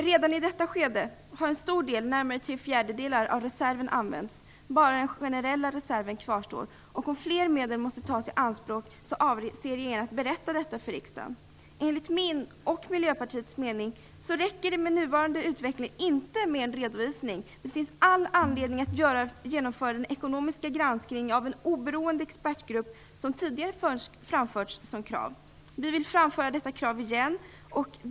Redan i detta skede har en stor del, närmare tre fjärdedelar, av reserven använts. Bara den generella reserven kvarstår. Om mera medel måste tas i anspråk avser regeringen att berätta detta för riksdagen. Enligt min och Miljöpartiets mening räcker det med nuvarande utveckling inte med en redovisning. Det finns all anledning att genomföra en ekonomisk granskning genom en oberoende expertgrupp, något som tidigare framförts som krav. Vi vill framföra detta krav igen.